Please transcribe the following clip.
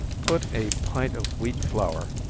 put a pint of wheat flour,